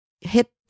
hit